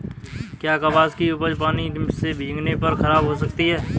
क्या कपास की उपज पानी से भीगने पर खराब हो सकती है?